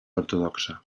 ortodoxa